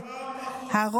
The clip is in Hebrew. כמה חוצפה.